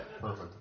Perfect